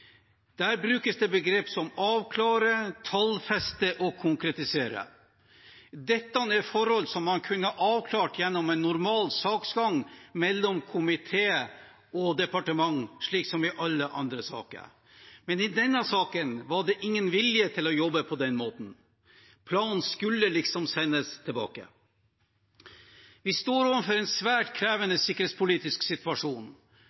Der brukes det begrep som «avklares», «tallfesting» og «konkretisere». Dette er forhold man kunne ha avklart gjennom en normal saksgang mellom komité og departement, slik som i alle andre saker. Men i denne saken var det ingen vilje til å jobbe på den måten. Planen skulle liksom sendes tilbake. Vi står overfor en svært krevende sikkerhetspolitisk situasjon: